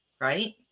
right